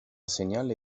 segnale